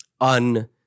un-